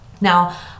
Now